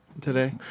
today